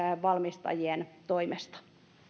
valmistajien toimesta